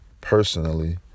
personally